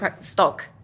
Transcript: stock